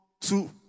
two